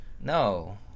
no